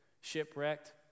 shipwrecked